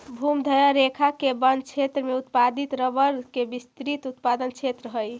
भूमध्य रेखा के वन क्षेत्र में उत्पादित रबर के विस्तृत उत्पादन क्षेत्र हइ